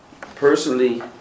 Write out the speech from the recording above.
personally